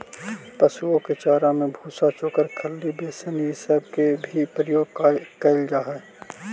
पशुओं के चारा में भूसा, चोकर, खली, बेसन ई सब के भी प्रयोग कयल जा हई